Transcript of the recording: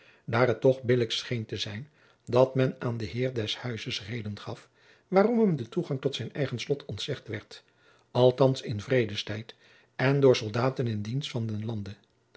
daar het toch billijk scheen te zijn dat men aan den heer des huizes jacob van lennep de pleegzoon reden gaf waarom hem de toegang tot zijn eigen slot ontzegd werd althands in vredestijd en door soldaten in dienst van den lande